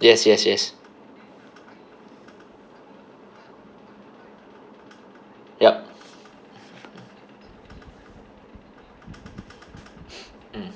yes yes yes yup mm